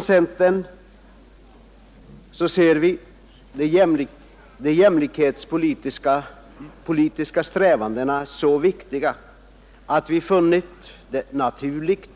Centern anser de jämlikhetspolitiska strävandena så viktiga att vi funnit det naturligt